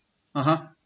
(uh huh)